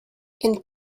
and